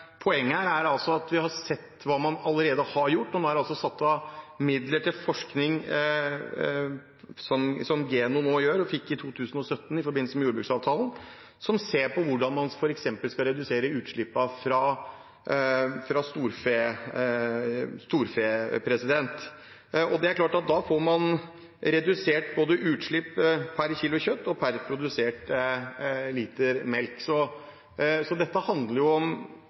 poenget, er at vi har sett hva man allerede har gjort. Man har satt av midler til forskning, slik Geno fikk i 2017 i forbindelse med jordbruksavtalen, som ser på hvordan man f.eks. skal redusere utslippene fra storfe. Det er klart at man da får redusert utslipp både per kilo kjøtt og per produsert liter melk. Dette handler om